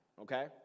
okay